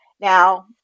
Now